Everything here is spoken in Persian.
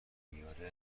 میاره